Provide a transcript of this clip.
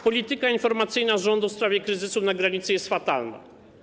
Polityka informacyjna rządu w sprawie kryzysu na granicy jest fatalna.